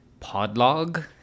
podlog